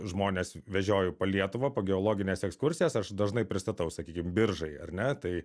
žmones vežiojo po lietuvą po geologines ekskursijas aš dažnai pristatau sakykim biržai ar ne tai